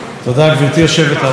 חבריי חברי הכנסת,